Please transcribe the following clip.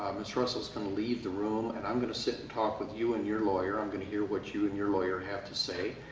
ms. russell is going to leave the room, and i'm going to sit and talk with you and your lawyer. i'm going to hear what you and your lawyer have to say.